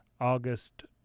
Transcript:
August